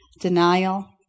denial